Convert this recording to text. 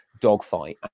dogfight